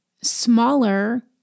smaller